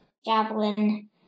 Javelin